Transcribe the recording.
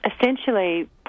essentially